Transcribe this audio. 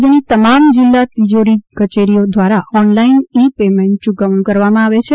રાજ્યની તમામ જિલ્લા તિજોરી કચેરીઓ દ્વારા ઓનલાઇન ઇ પેમેન્ટથી ચૂકવણું કરવામાં આવે છે